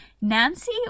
Nancy